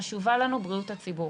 חשובה לנו בריאות הציבור.